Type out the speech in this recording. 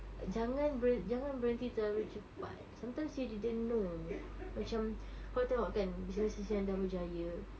jangan ber~ jangan berhenti terlalu cepat sometimes you didn't know macam awak tengok kan business business yang dah berjaya